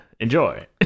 Enjoy